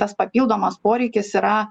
tas papildomas poreikis yra